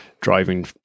driving